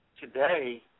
today